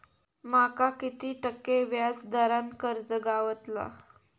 माका किती टक्के व्याज दरान कर्ज गावतला?